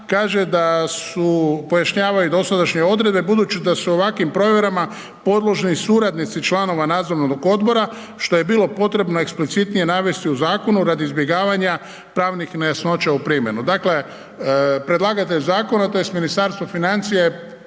kaže da su, pojašnjavaju dosadašnje odredbe budući da su ovakvim provjerama podložni suradnici članova nadzornog odbora što je bilo potrebno eksplicitnije navesti u zakonu radi izbjegavanja pravnih nejasnoća u primjeni. Dakle, predlagatelj zakona tj. Ministarstvo financija